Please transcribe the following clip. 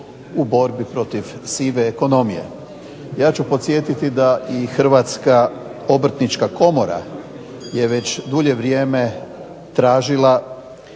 Hrvatska obrtnička komora je već dulje vrijeme tražila